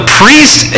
priest